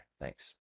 Thanks